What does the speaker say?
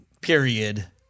period